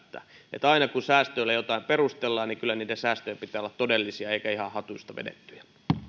aina kun säästöillä jotain perustellaan kyllä niiden säästöjen pitää olla todellisia eikä ihan hatusta vedettyjä nyt